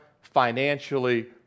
financially